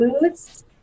moods